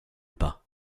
pas